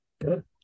Good